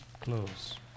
close